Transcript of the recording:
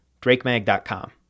drakemag.com